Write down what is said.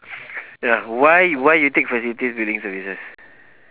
ya why why you take facilities building services